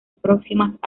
próximas